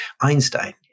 Einstein